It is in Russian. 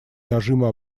нажима